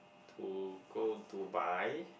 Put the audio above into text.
to go to Dubai